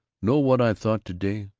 know what i thought to-day?